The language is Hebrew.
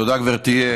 תודה, גברתי.